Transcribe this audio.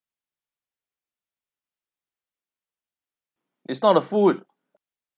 it's not a food